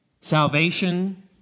salvation